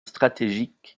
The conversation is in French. stratégique